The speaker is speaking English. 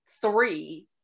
three